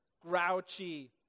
grouchy